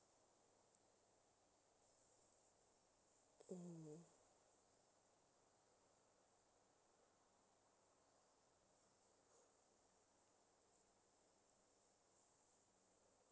mm